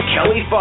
Kelly